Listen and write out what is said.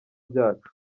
byacu